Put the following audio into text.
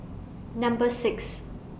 Number six